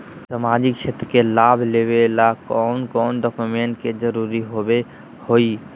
सामाजिक क्षेत्र के लाभ लेबे ला कौन कौन डाक्यूमेंट्स के जरुरत होबो होई?